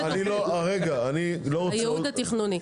הייעוד התכנוני.